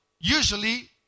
usually